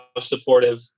supportive